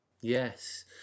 Yes